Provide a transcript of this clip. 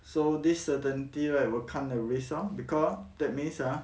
so this certainty right will come a risk loh because that means ah